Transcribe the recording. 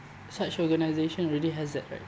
such organization already has that right